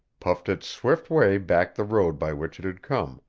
puffed its swift way back the road by which it had come,